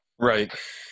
Right